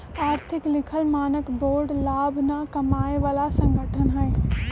आर्थिक लिखल मानक बोर्ड लाभ न कमाय बला संगठन हइ